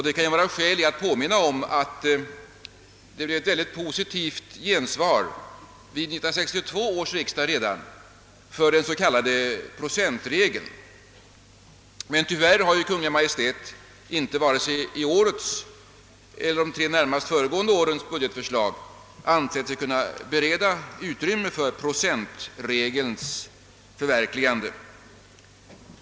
Det kan då vara skäl i att påminna om att det blev ett mycket positivt gensvar redan vid 1962 års riksdag till förslaget om den s.k. enprocentsregeln, men tyvärr har Kungl. Maj:t inte vare sig i årets eller i de tre närmast föregående årens budgetförslag ansett sig kunna bereda utrymme för denna regels förverkligande.